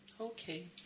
Okay